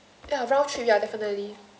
ya round trip ya definitely